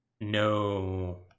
No